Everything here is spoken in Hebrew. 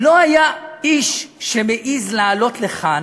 לא היה איש שהיה מעז לעלות לכאן